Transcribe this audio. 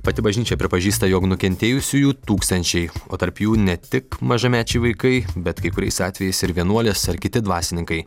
pati bažnyčia pripažįsta jog nukentėjusiųjų tūkstančiai o tarp jų ne tik mažamečiai vaikai bet kai kuriais atvejais ir vienuolės ar kiti dvasininkai